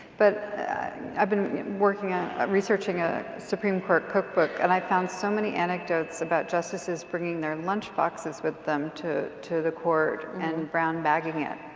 but i've been working on researching a supreme court cookbook, and i found so many anecdotes about justices bringing in their lunch boxes with them to to the court. and brown bagging it.